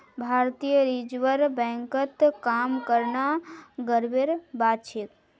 भारतीय रिजर्व बैंकत काम करना गर्वेर बात छेक